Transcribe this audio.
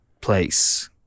place